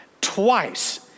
twice